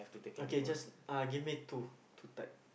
okay just uh give me two two type